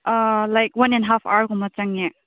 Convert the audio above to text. like one and half ꯑꯋꯥꯔꯒꯨꯝꯕ ꯆꯪꯉꯦ